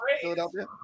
Philadelphia